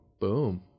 Boom